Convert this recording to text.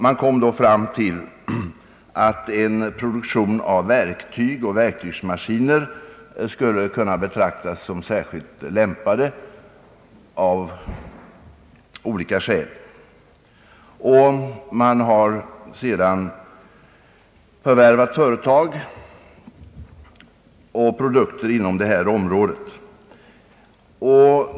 Man kom då fram till att produktion av verktyg och verktygsmaskiner av olika skäl skulle kunna betraktas som särskilt lämplig. Man har också sedan förvärvat företag och produkter inom detta område.